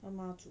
他妈煮